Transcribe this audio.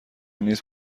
نیست